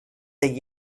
the